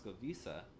visa